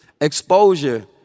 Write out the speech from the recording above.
Exposure